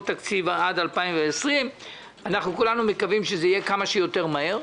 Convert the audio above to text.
תקציב עד 2020. כולנו מקווים שזה יהיה כמה שיותר מהר,